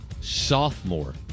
sophomore